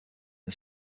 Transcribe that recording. are